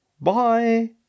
Bye